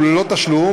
וללא תשלום,